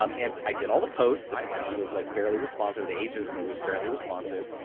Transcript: um and i did all the posts, the brand was like fairly responsive, the agency was fairly responsive.